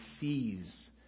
sees